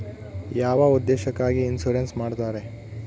ಯಾವ ಉದ್ದೇಶಕ್ಕಾಗಿ ಇನ್ಸುರೆನ್ಸ್ ಮಾಡ್ತಾರೆ?